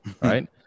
right